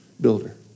builder